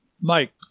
Mike